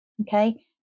Okay